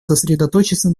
сосредоточиться